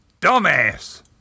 dumbass